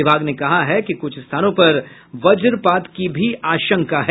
विभाग ने कहा है कि कुछ स्थानों पर वज्रपात की भी आशंका है